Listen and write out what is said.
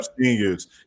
seniors